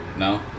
No